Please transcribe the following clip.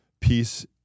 peace